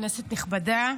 כנסת נכבדה,